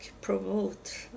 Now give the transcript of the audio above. promote